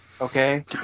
okay